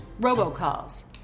robocalls